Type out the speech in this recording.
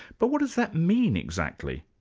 but what does that mean, exactly?